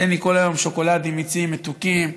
תן לי כל היום שוקולדים, מיצים, מתוקים,